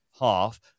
half